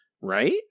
right